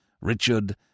Richard